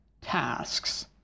tasks